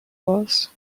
worse